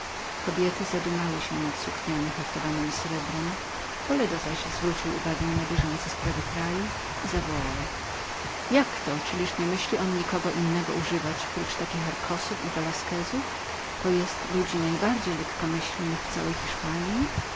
kobiety zadumały się nad sukniami haftowanemi srebrem toledo zaś zwrócił uwagę na biegące sprawy kraju i zawołał jakto czyliż nie myśli on nikogo innego używać prócz takich arcosów i velasquezów to jest ludzi najbardziej lekkomyślnych w całej hiszpanji